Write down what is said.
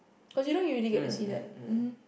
cause you don't usually get to see that mm hm